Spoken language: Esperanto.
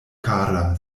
kara